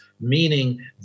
meaning